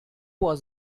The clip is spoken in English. was